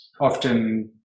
often